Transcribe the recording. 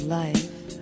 life